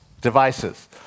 devices